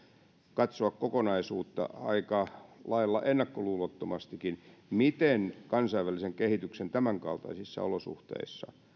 katsoa kokonaisuutta aika lailla ennakkoluulottomastikin miten kansainvälisen kehityksen tämänkaltaisissa olosuhteissa